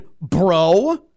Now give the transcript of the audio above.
bro